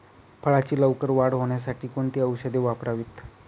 फळाची लवकर वाढ होण्यासाठी कोणती औषधे वापरावीत?